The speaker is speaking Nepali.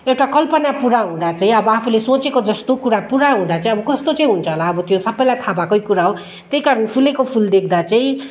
एउटा कल्पना पुरा हुँदा चाहिँ अब आफूले सोचेको जस्तो कुरा पुरा हुँदा चाहिँ अब कस्तो चाहिँ हुन्छ होला अब सपैलाई थाहा भएकै कुरा हो त्यही कारण फुलेको फुल देख्दा चाहिँ